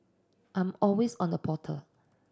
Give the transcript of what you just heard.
I'm always on the portal